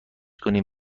کنم